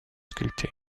sculptée